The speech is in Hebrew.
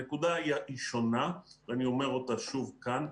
הנקודה היא שונה, ואני אומר אותה שוב כאן.